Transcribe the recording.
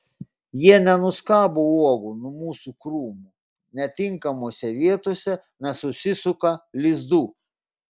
jie nenuskabo uogų nuo mūsų krūmų netinkamose vietose nesusisuka lizdų